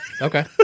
Okay